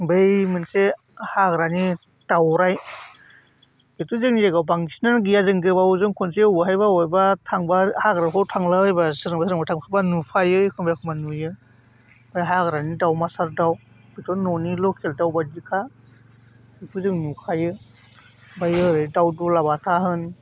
बै मोनसे हाग्रानि दाउराइ बेथ' जोंनि जायगायाव बांसिनानो गैया जों गोबावजों खनसे अहायबा अहायबा थांब्ला हाग्राफ्राव थांला बायब्ला सोरजोंबा सोरजोंबा थांफाब्ला नुफायो एखमब्ला एखमब्ला नुयो ओमफ्राय हाग्रानि दाउमासार दाउ बेथ' न'नि लकेल दाउ बायदिखा बेखौ जों नुखायो ओमफ्राय ओरै दाउ दुलाबाथा होन